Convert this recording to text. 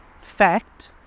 fact